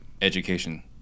education